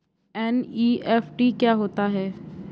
NEFT क्या होता है?